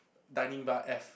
dining bar F